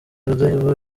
rudahigwa